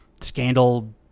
scandal